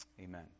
Amen